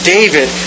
David